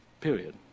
Period